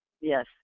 Yes